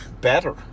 Better